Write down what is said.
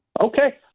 Okay